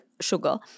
Sugar